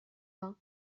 vingt